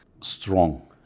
strong